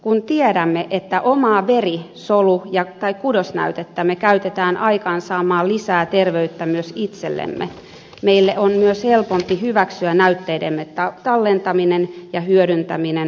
kun tiedämme että omaa veri solu tai kudosnäytettämme käytetään aikaansaamaan lisää terveyttä myös itsellemme meidän on myös helpompi hyväksyä näytteidemme tallentaminen ja hyödyntäminen